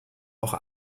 auch